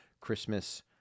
Christmas